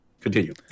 Continue